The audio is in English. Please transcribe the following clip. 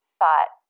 thought